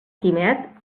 quimet